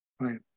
Right